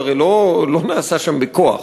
זה הרי לא נעשה שם בכוח.